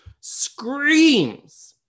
screams